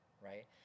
right